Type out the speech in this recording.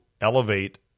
elevate